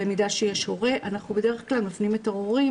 במידה שיש הורה, אנחנו בדרך כלל מפנים את ההורים